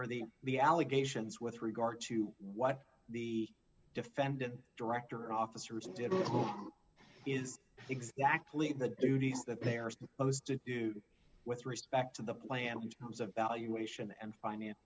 or the the allegations with regard to what the defendant director officers did is exactly the duties that they are supposed to do with respect to the plant was a valuation and financ